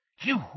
You